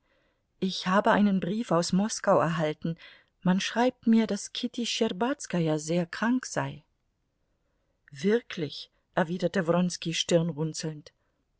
ich habe einen brief aus moskau erhalten man schreibt mir daß kitty schtscherbazkaja sehr krank sei wirklich erwiderte wronski stirnrunzelnd